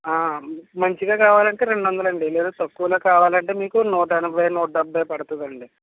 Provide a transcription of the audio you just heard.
మంచిగా కావాలంటే రెండొందలండి లేదా తక్కువలో కావాలంటే మీకు నూట ఎనభై నూట డెబ్భై పడతుందండి